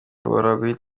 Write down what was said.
murabizi